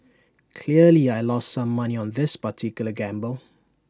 clearly I lost some money on this particular gamble